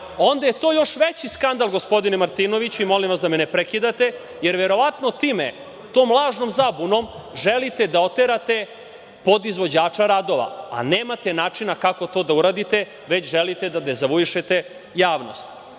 onda je to još veći skandal, gospodine Martinoviću, i molim vas da me ne prekidate, jer verovatno time, tom lažnom zabunom želite da oterate podizvođače radova, a nemate načina kako to da uradite, već želite da dezavuišete javnost.